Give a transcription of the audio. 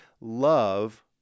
love